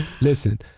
Listen